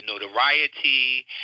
notoriety